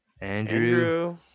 Andrew